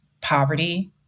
poverty